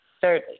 Thirdly